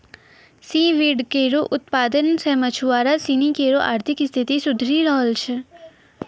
C weed केरो उत्पादन सें मछुआरा सिनी केरो आर्थिक स्थिति सुधरी रहलो छै